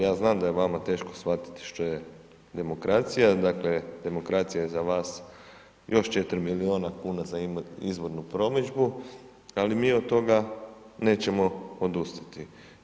Ja znam da je vama teško shvatiti što je demokracija, dakle demokracija je za vas još 4 miliona kuna za izbornu promidžbu, ali mi od toga nećemo odustati.